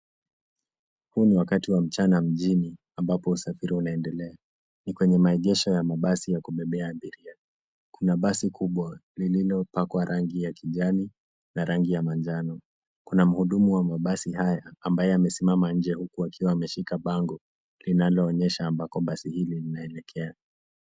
Huu ni wakati wa mchana mjini ambapo usafiri unaendelea . Ni kwenye maegesho ya mabasi ya kubebea abiria. Kuna basi kubwa lililopakwa rangi ya kijani na rangi ya manjano . Kuna mhudumu wa mabasi haya ambaye amesimama nje huku akiwa ameshika bango linaloonyesha ambako basi hili linaelekea.